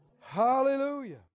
Hallelujah